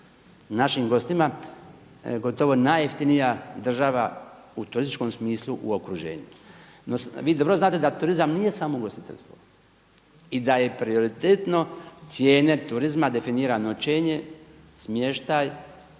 našim gostima gotovo najjeftinija država u turističkom smislu u okruženju. No, vi dobro znate da turizam nije samo ugostiteljstvo i da je prioritetno cijene turizma definira noćenje, smještaj,